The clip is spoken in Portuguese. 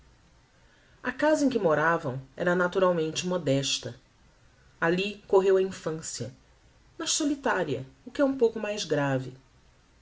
a casa em que moravam era naturalmente modesta alli correu a infancia mas solitaria o que é um pouco mais grave